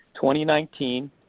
2019